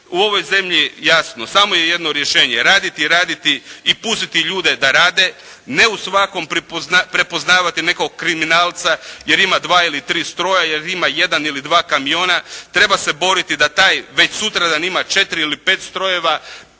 U ovoj zemlji, jasno samo je jedno rješenje raditi, raditi i pustiti ljude da rade, ne u svakom prepoznavati nekog kriminalca jer ima 2 ili 3 stroja, jer ima 1 ili 2 kamiona, treba se boriti da taj već sutradan ima 4 ili 5 strojeva,